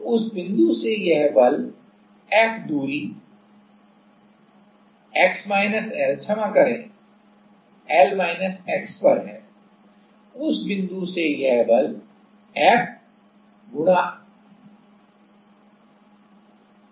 तो उस बिंदु से यह बल F दूरी x L क्षमा करें L x पर है